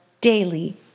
daily